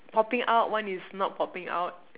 popping out one is not popping out